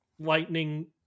lightning